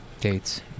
dates